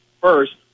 first